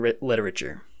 literature